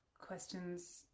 questions